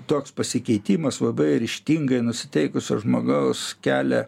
toks pasikeitimas labai ryžtingai nusiteikusio žmogaus kelia